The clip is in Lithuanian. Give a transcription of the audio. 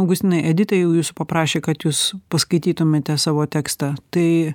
augustinai edita jau jūsų paprašė kad jūs paskaitytumėte savo tekstą tai